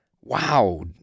Wow